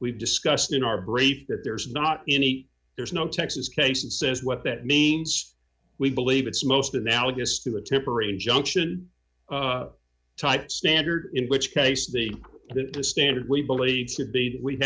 we've discussed in our brave that there's not any there's no texas case and says what that means we believe it's most analogous to a temporary injunction type standard in which case the standard we believe to be we